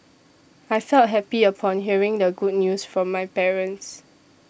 I felt happy upon hearing the good news from my parents